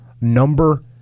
number